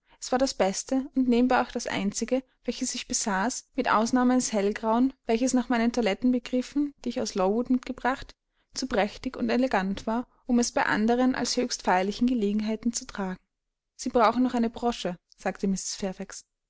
es war das beste und nebenbei auch das einzige welches ich besaß mit ausnahme eines hellgrauen welches nach meinen toilettenbegriffen die ich aus lowood mitgebracht zu prächtig und elegant war um es bei anderen als höchst feierlichen gelegenheiten zu tragen sie brauchen noch eine brosche sagte